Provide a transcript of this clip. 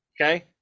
Okay